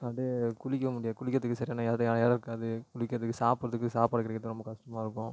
அப்படியே குளிக்கவும் முடியாது குளிக்கிறதுக்கு சரியான இடம் இருக்காது குளிக்கிறதுக்கு சாப்பிட்றதுக்கு சாப்பாடு கிடைக்கிறது ரொம்ப கஷ்டமாக இருக்கும்